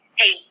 hey